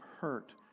hurt